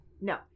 No